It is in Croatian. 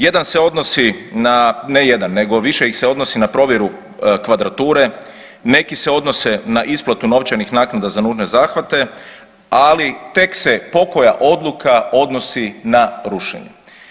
Jedan se odnosi na, ne jedan nego više ih se odnosi na provjeru kvadrature, neki se odnose na isplatu novčanih naknada za nužne zahvate, ali tek se pokoja odluka odnosi na rušenje.